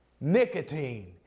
nicotine